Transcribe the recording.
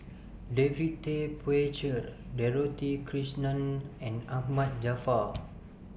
David Tay Poey Cher Dorothy Krishnan and Ahmad Jaafar